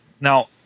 now